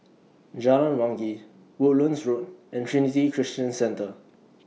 Jalan Wangi Woodlands Road and Trinity Christian Centre